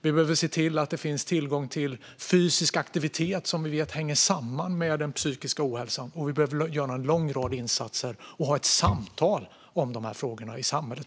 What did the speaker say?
Vi behöver se till att det finns tillgång till fysisk aktivitet, som vi vet hänger samman med psykisk ohälsa. Vi behöver göra en lång rad insatser och ha ett samtal om dessa frågor brett i samhället.